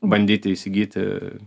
bandyti įsigyti